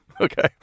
Okay